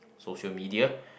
social media